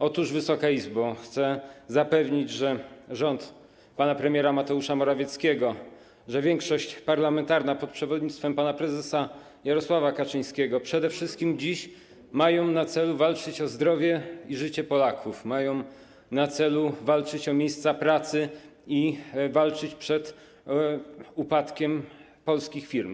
Otóż, Wysoka Izbo, chcę zapewnić, że rząd pana premiera Mateusza Morawieckiego i większość parlamentarna pod przewodnictwem pana prezesa Jarosława Kaczyńskiego mają dziś przede wszystkim na celu walczyć o zdrowie i życie Polaków, mają na celu walczyć o miejsca pracy i walczyć, by nie upadły polskie firmy.